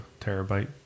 terabyte